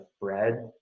bread